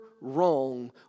wrong